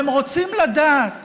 הם רוצים לדעת